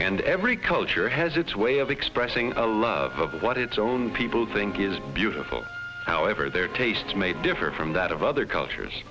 and every culture has its way of expressing a love of what its own people think is beautiful however their tastes may differ from that of other cultures